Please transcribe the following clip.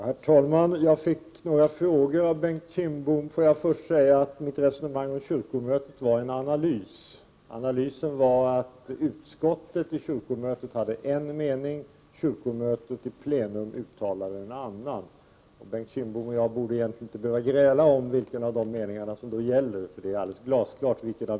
Herr talman! Jag fick några frågor av Bengt Kindbom. Jag vill först säga att mitt resonemang om kyrkomötet var en analys, och den gällde att utskottet vid kyrkomötet hade en viss mening och att kyrkomötet i plenum uttalade en annan. Bengt Kindbom och jag borde egentligen inte behöva gräla över vilken av de meningarna som gäller — det är ju glasklart.